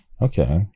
Okay